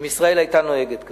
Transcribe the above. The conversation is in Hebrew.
אם ישראל היתה נוהגת כך.